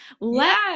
Let